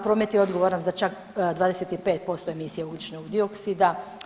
Promet je odgovaran za čak 25% emisije ugljičnog dioksida.